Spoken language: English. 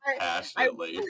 passionately